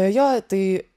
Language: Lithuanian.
jo tai